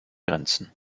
grenzen